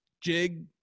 jig